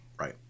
Right